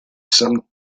some